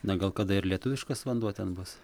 na gal kada ir lietuviškas vanduo ten bus